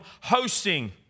hosting